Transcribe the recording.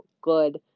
good